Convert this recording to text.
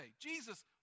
Jesus